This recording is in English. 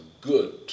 good